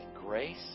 grace